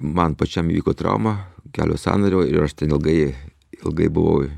man pačiam įvyko trauma kelio sąnario ir aš ilgai ilgai buvau